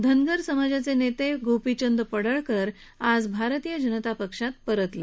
धनगर समाजाचे नेते गोपीचंद पडळकर आज भारतीय जनता पक्षात परतले